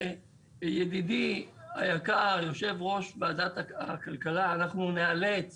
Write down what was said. ידידי היקר, יושב-ראש ועדת הכלכלה, אנחנו ניאלץ